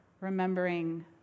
remembering